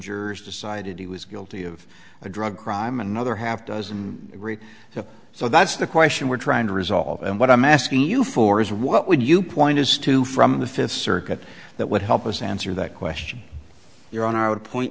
jurors decided he was guilty of a drug crime another half dozen or so so that's the question we're trying to resolve and what i'm asking you for is what would you point as to from the fifth circuit that would help us answer that question your hon